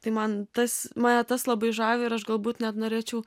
tai man tas mane tas labai žavi ir aš galbūt net norėčiau